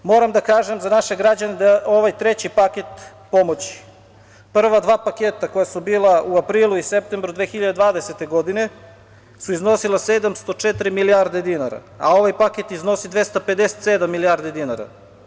Moram da kažem za naše građane da ovaj treći paket pomoći, prva dva paketa koja su bila u aprilu i septembru 2020. godine su iznosila 704 milijarde dinara, a ovaj paket iznosi 257 milijarde dinara.